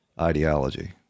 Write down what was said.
ideology